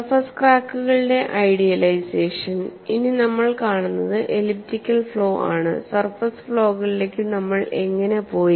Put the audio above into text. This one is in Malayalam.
സർഫസ് ക്രാക്കുകളുടെ ഐഡിയലൈസേഷൻ ഇനി നമ്മൾ കാണുന്നത് എലിപ്റ്റിക്കൽ ഫ്ലോ ആണ് സർഫസ് ഫ്ലോകളിലേക്ക് നമ്മൾ എങ്ങനെ പോയി